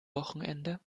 wochenende